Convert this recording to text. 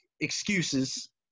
excuses